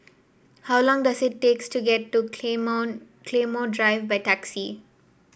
how long does it takes to get to Claymore Claymore Drive by taxi